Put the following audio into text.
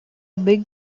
big